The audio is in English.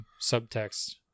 subtext